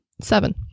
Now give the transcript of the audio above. seven